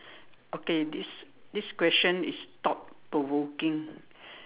okay this this question is thought provoking